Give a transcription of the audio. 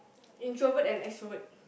introvert and extrovert